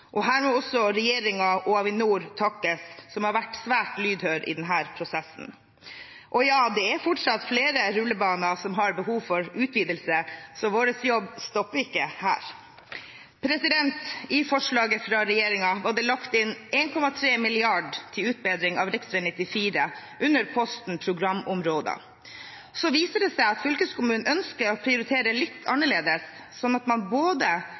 2019. Her må regjeringen og Avinor takkes, som har vært svært lydhøre i denne prosessen. Ja, fortsatt har flere rullebaner behov for utvidelse. Vår jobb stopper ikke her. I forslaget fra regjeringen var det lagt inn 1,3 mrd. kr til utbedring av rv. 94, under posten «programområder». Så viser det seg at fylkeskommunen ønsker å prioritere litt annerledes, slik at man kan både